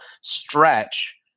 stretch